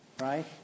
Right